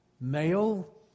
male